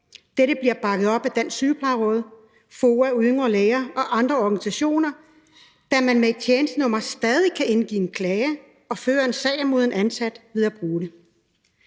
Dette bliver bakket op af Dansk Sygeplejeråd, FOA, Yngre Læger og andre organisationer, da man med et tjenestenummer stadig kan indgive en klage og føre en sag mod en ansat ved at bruge det.